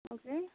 okay